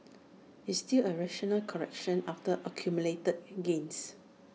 it's still A rational correction after accumulated gains